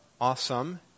awesome